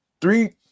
three